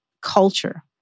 culture